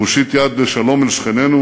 הוא הושיט יד לשלום לשכנינו,